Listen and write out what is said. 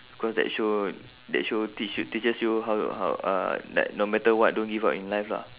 cause that show that show teach you teaches you how to how uh like no matter what don't give up in life lah